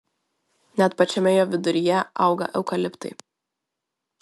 net pačiame jo viduryje auga eukaliptai